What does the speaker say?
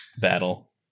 battle